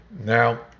Now